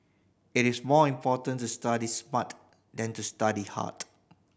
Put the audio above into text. it is more important to study smart than to study hard